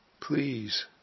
Please